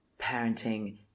parenting